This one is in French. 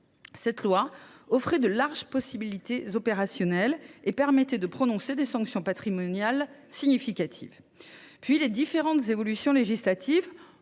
Cette loi a offert de larges possibilités opérationnelles et a permis de prononcer des sanctions patrimoniales significatives. Puis les différentes évolutions législatives